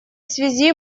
связи